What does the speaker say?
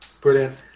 Brilliant